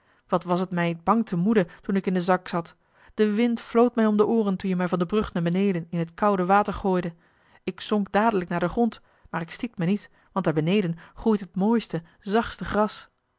wat was het mij bang te moede toen ik in den zak zat de wind floot mij om de ooren toen je mij van de brug naar beneden in het koude water gooide ik zonk dadelijk naar den grond maar ik stiet mij niet want daar beneden groeit het mooiste zachtste gras